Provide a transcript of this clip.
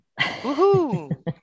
Woohoo